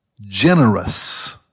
generous